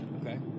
Okay